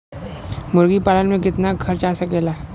मुर्गी पालन में कितना खर्च आ सकेला?